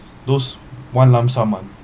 those one lump sum one